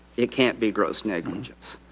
it can't be gross negligence.